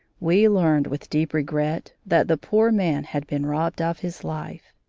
we learned with deep regret that the poor man had been robbed of his life.